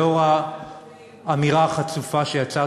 לעומת האמירה החצופה שיצאה,